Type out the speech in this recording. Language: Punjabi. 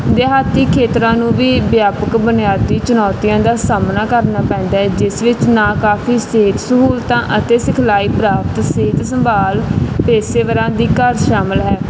ਦਿਹਾਤੀ ਖੇਤਰਾਂ ਨੂੰ ਵੀ ਵਿਆਪਕ ਬੁਨਿਆਦੀ ਚੁਣੌਤੀਆਂ ਦਾ ਸਾਹਮਣਾ ਕਰਨਾ ਪੈਂਦਾ ਹੈ ਜਿਸ ਵਿੱਚ ਨਾ ਕਾਫ਼ੀ ਸਿਹਤ ਸਹੂਲਤਾਂ ਅਤੇ ਸਿਖਲਾਈ ਪ੍ਰਾਪਤ ਸਿਹਤ ਸੰਭਾਲ ਪੇਸ਼ੇਵਰਾਂ ਦੀ ਘਾਟ ਸ਼ਾਮਲ ਹੈ